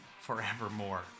forevermore